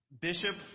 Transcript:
Bishop